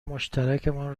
مشترکمان